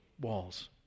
walls